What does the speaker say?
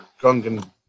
Gungan